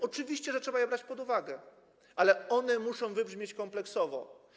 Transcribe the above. Oczywiście, że trzeba je brać pod uwagę, ale one muszą wybrzmieć kompleksowo.